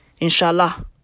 Inshallah